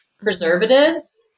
preservatives